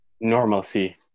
normalcy